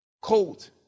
Cold